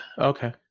Okay